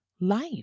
life